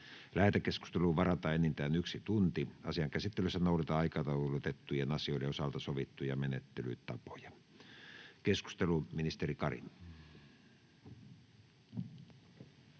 Lähetekeskusteluun varataan enintään yksi tunti. Asian käsittelyssä noudatetaan aikataulutettujen asioiden osalta sovittuja menettelytapoja. — Keskustelu, ministeri Kari.